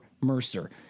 Mercer